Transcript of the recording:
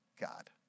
God